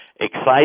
exciting